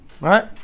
right